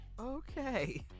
Okay